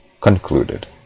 concluded